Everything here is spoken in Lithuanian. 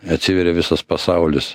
atsiveria visas pasaulis